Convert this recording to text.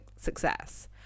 success